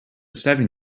seven